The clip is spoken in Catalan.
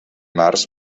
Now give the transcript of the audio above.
març